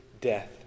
death